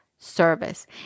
service